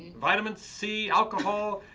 vitamin c? alcohol?